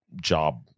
job